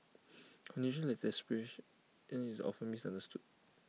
condition like depression is often misunderstood